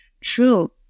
true